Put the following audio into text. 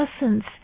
essence